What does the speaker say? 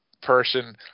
person